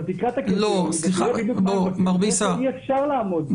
אתה תקרא את הקריטריונים ותראה בדיוק שאי אפשר לעמוד בהם.